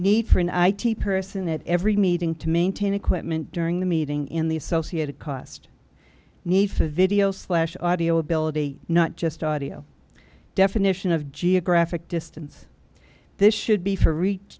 need for an i t person at every meeting to maintain equipment during the meeting in the associated cost need for video slash audio ability not just audio definition of geographic distance this should be for reach